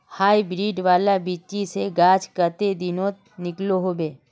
Hybrid वाला बिच्ची से गाछ कते दिनोत निकलो होबे?